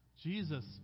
Jesus